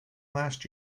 last